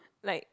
like